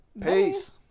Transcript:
Peace